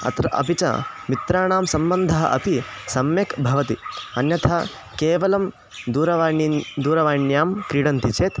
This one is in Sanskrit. अत्र अपि च मित्राणां सम्बन्धः अपि सम्यक् भवति अन्यथा केवलं दूरवाणीं दूरवाण्यां क्रीडन्ति चेत्